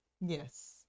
yes